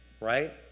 right